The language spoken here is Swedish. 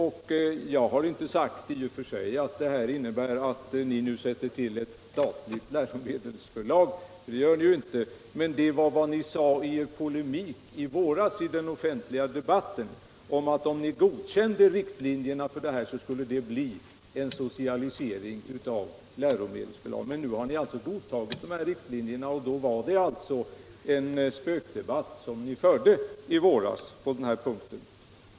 Jag har inte sagt att detta i och för sig innebär att ni nu sätter till ett statligt läromedelsförlag. Det gör ni inte. Men det är vad ni sade i våras i den offentliga debatten. Ni sade att om ni godkände riktlinjerna för detta, så skulle det bli en socialisering av läromedelsförlagen. Men nu har ni godtagit de här riktlinjerna, och det var alltså en spökdebatt som ni förde i våras på den här punkten.